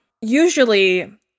usually